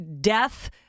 death